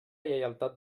lleialtat